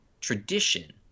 tradition